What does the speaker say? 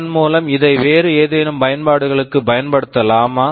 அதன்மூலம் இதை வேறு ஏதேனும் பயன்பாடுகளுக்கு பயன்படுத்தலாமா